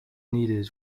needed